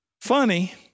Funny